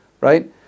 right